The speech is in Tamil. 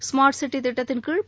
ஸ்மார்ட் சிட்டி திட்டத்தின் கீழ்